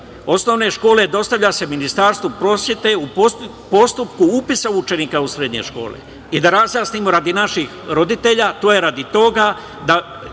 osnovne škole dostavljaju Ministarstvu prosvete u postupku upisa učenika u srednje škole. I da razjasnimo, radi naših roditelja, to je radi postizanja